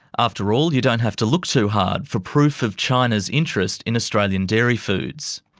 after all, you don't have to look too hard for proof of china's interest in australian dairy foods.